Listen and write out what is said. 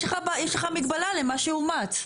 יש לך מגבלה למה שאומץ.